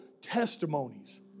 testimonies